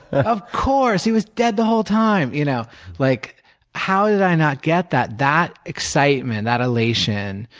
of course, he was dead the whole time. you know like how did i not get that? that excitement, that elation,